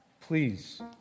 please